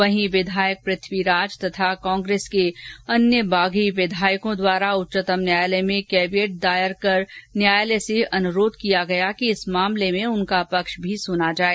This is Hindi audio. वहीं विधायक पृथ्वीराज तथा कांग्रेस के अन्य बागी विधायकों द्वारा उच्चतम न्यायालय केविएट दायर कर न्यायालय से अनुरोध किया है कि इस मामले में उनका पक्ष भी सुना जाए